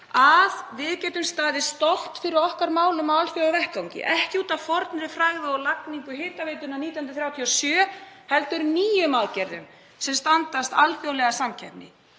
að við getum staðið stolt fyrir okkar málum á alþjóðavettvangi, ekki út af fornri frægð og lagningu hitaveitunnar 1937 heldur með nýjum aðgerðum sem standast alþjóðlega samkeppni.